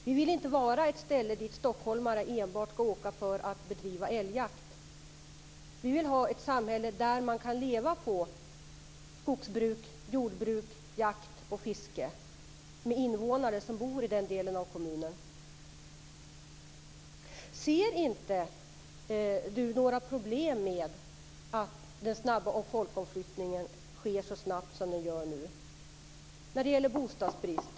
Vi vill inte att de ställen vi bor på skall vara ställen dit stockholmare åker enbart för att bedriva älgjakt. Vi vill ha samhällen där invånarna kan leva på skogsbruk, jordbruk, jakt och fiske. Ser Carl-Erik Skårman inga problem med att folkomflyttningen sker så snabbt som den nu gör när det gäller bostadsbristen?